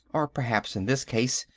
or perhaps in this case,